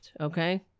okay